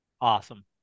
Awesome